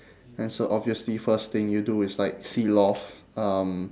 and so obviously first thing you do is like seal off um